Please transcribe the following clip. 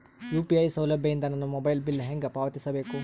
UPI ಸೌಲಭ್ಯ ಇಂದ ನನ್ನ ಮೊಬೈಲ್ ಬಿಲ್ ಹೆಂಗ್ ಪಾವತಿಸ ಬೇಕು?